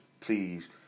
please